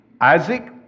Isaac